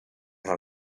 how